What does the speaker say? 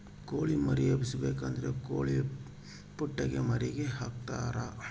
ಕೊಳಿ ಮರಿ ಎಬ್ಬಿಸಬೇಕಾದ್ರ ಕೊಳಿಪುಟ್ಟೆಗ ಮರಿಗೆ ಹಾಕ್ತರಾ